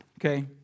okay